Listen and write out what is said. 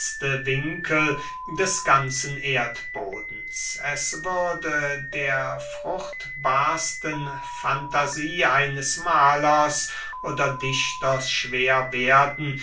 reitzendste winkel des ganzen erdbodens es würde der fruchtbarsten fantasie eines mahlers oder dichters schwer werden